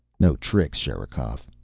no tricks, sherikov.